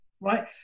right